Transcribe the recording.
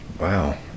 Wow